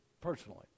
personally